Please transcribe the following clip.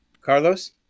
Carlos